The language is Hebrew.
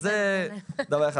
אז זה דבר אחד.